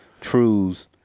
Trues